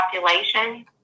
population